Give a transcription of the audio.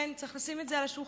כן, צריך לשים את זה על השולחן.